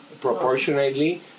proportionately